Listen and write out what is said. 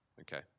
okay